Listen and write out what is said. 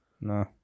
no